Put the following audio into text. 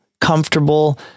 comfortable